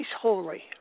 holy